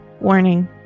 Warning